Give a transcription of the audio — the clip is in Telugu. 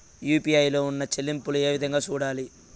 యు.పి.ఐ లో ఉన్న చెల్లింపులు ఏ విధంగా సూడాలి